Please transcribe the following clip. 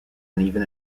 uneven